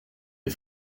des